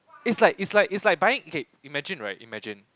it's like it's like it's like buying okay imagine right imagine